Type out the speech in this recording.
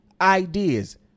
ideas